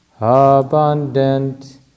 abundant